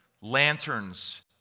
lanterns